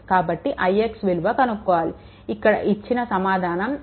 కాబట్టి ix విలువ కనుక్కోవాలి ఇక్కడ ఇచ్చిన సమాధానం i 2